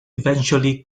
eventually